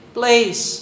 place